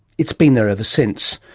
it's been there ever since,